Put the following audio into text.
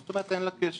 מה זאת אומרת אין לה קשר?